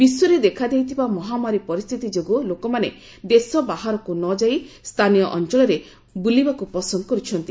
ବିଶ୍ୱରେ ଦେଖାଦେଇଥିବା ମହାମାରୀ ପରିସ୍ଥିତି ଯୋଗୁଁ ଲୋକମାନେ ଦେଶ ବାହାରକୁ ନ ଯାଇ ସ୍ଥାନୀୟ ଅଞ୍ଚଳରେ ବୁଲିବାକୁ ପସନ୍ଦ କରୁଛନ୍ତି